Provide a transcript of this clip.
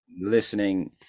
listening